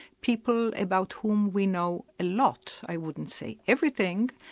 people about whom we know a lot, i wouldn't say everything,